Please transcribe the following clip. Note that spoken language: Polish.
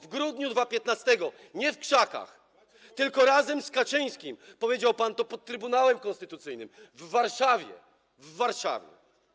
W grudniu 2015 r. nie w krzakach, tylko razem z Kaczyńskim powiedział pan to pod Trybunałem Konstytucyjnym w Warszawie - w Warszawie.